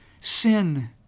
sin